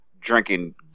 drinking